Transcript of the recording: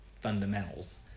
fundamentals